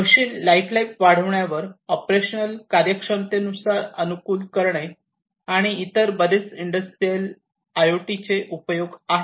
machine life वाढविण्यावर operational कार्यक्षमतेस अनुकूलित करणे आणि इतर बरेच इंडस्ट्रियल आयओटीचे उपयोग आहेत